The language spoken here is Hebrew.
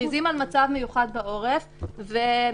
מכריזים על מצב מיוחד בעורף והאלוף